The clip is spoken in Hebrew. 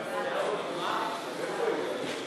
חוק הרשויות המקומיות (בחירות)